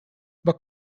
but